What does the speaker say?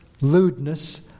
lewdness